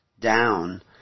down